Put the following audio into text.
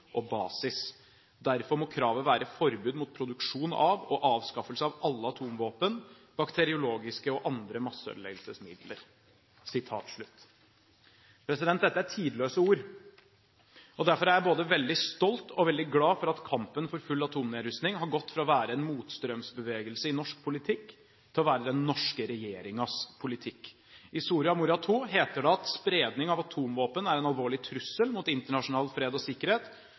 og basis. Derfor må kravet være forbud mot produksjon av og avskaffelse av alle atomvåpen, bakteriologiske og andre masseødeleggelsesmidler.» Dette er tidløse ord. Derfor er jeg både veldig stolt og veldig glad for at kampen for full atomnedrustning har gått fra å være en motstrømsbevegelse i norsk politikk til å være den norske regjeringens politikk. I Soria Moria II heter det: «Spredning av atomvåpen er en alvorlig trussel mot internasjonal fred og sikkerhet.